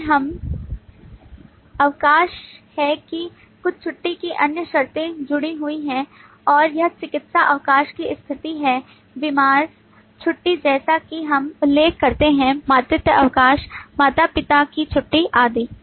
और हम पाते हैं कि कुछ छुट्टी की अन्य शर्तें जुड़ी हुई हैं और यह चिकित्सा अवकाश की स्थिति है बीमार छुट्टी जैसा कि हम उल्लेख करते हैं मातृत्व अवकाश माता पिता की छुट्टी आदि